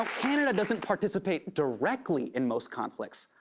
canada doesn't participate directly in most conflicts,